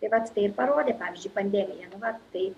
tai vat tai ir parodė pavyzdžiui pandemija nu va tai